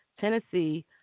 Tennessee